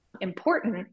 important